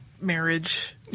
marriage